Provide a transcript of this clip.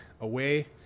away